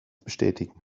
bestätigen